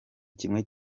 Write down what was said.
kimwe